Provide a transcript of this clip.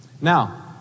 Now